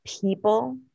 people